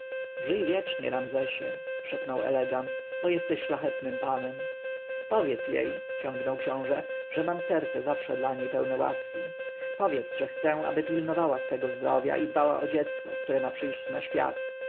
żyj wiecznie ramzesie szepnął elegant bo jesteś szlachetnym panem powiedz jej ciągnął książę że mam serce zawsze pełne łaski dla niej powiedz że chcę aby pilnowała swego zdrowia i dbała o dziecko które ma przyjść na świat